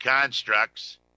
constructs